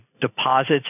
deposits